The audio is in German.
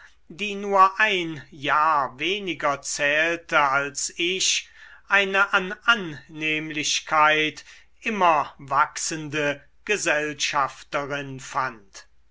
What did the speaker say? die nur ein jahr weniger zählte als ich eine an annehmlichkeit immer wachsende gesellschafterin fand